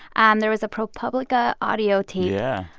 um there was a propublica audio tape. yeah.